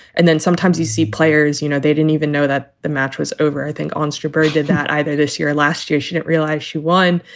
and then sometimes you see players, you know, they didn't even know that the match was over. i think on strawbery did that either this year, last year, should it realize she won?